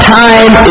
time